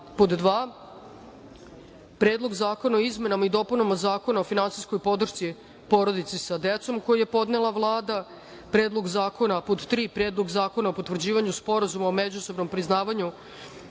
Predlog zakona o izmenama i dopunama Zakona o finansijskoj podršci porodici sa decom, koji je podnela Vlada;3. Predlog zakona o potvrđivanju Sporazuma o međusobnom priznavanju